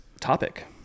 Topic